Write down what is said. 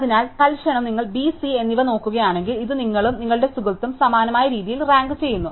അതിനാൽ തൽക്ഷണം നിങ്ങൾ B C എന്നിവ നോക്കുകയാണെങ്കിൽ ഇത് നിങ്ങളും നിങ്ങളുടെ സുഹൃത്തും സമാനമായ രീതിയിൽ റാങ്ക് ചെയ്യുന്നു